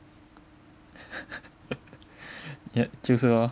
就是 lor